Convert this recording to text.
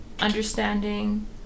understanding